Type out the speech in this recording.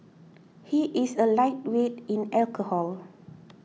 he is a lightweight in alcohol